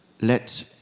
let